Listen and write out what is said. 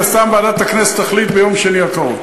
ומן הסתם ועדת הכנסת תחליט ביום שני הקרוב.